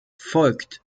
folgt